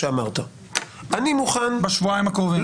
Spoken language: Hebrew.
כשקראת לשופטים פוליטיקאים זה היה כגנאי.